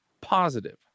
positive